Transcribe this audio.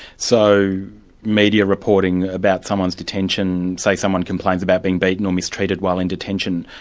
so media reporting about someone's detention, say someone complains about being beaten or mistreated while in detention,